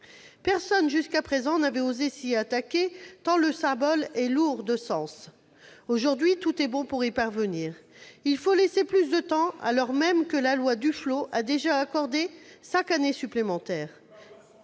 Personne jusqu'à présent n'avait osé s'y attaquer tant le symbole est lourd de sens. Aujourd'hui, tout est bon pour y parvenir : il faut laisser plus de temps, alors même que la loi Duflot a déjà accordé cinq années supplémentaires